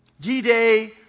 G-Day